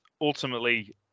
ultimately